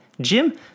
Jim